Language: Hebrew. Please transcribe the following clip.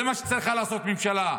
זה מה שצריכה לעשות ממשלה,